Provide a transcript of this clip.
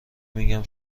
میگم